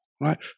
right